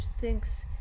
thinks